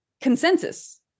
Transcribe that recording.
consensus